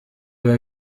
biba